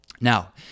Now